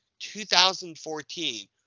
2014